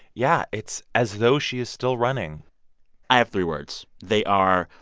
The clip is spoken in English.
yeah it's as though she is still running i have three words. they are,